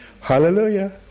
Hallelujah